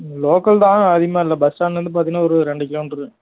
local தான் அதிகமாக இல்லை பஸ் ஸ்டாண்ட்டில் இருந்து பார்த்தீங்கனா ஒரு ரெண்டு கிலோ மீட்ரு